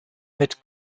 mit